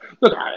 Look